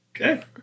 Okay